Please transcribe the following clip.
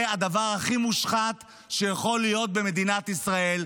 זה הדבר הכי מושחת שיכול להיות במדינת ישראל,